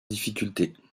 difficultés